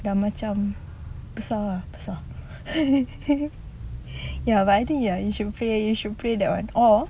dah macam besar lah besar ya but I think ya you should play you should play that [one] or